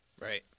Right